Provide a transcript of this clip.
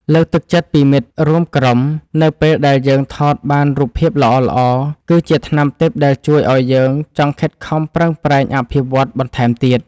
លើកទឹកចិត្តពីមិត្តរួមក្រុមនៅពេលដែលយើងថតបានរូបភាពល្អៗគឺជាថ្នាំទិព្វដែលជួយឱ្យយើងចង់ខិតខំប្រឹងប្រែងអភិវឌ្ឍខ្លួនបន្ថែមទៀត។